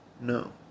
No